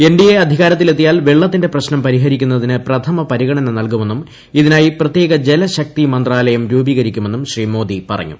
N D A അധികാരത്തിൽ എത്തിയാൽ വെള്ളത്തിന്റെ പ്രശ്നം പരിഹരിക്കുന്നതിന് പ്രഥമ പരിഗണന നൽകുമെന്നും ഇതിനായി പ്രത്യേക ജലശക്തി മന്ത്രാലയം രൂപീകരിക്കുമെന്നും ശ്രീ മോദി പറഞ്ഞു